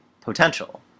potential